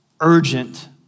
urgent